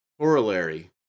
corollary